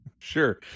Sure